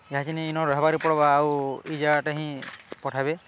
ଏହାଛିନି ଇନ ରହେବାର୍କେ ପଡ଼୍ବା ଆଉ ଇ ଜାଗାଟେ ହିଁ ପଠାବେ